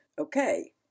Okay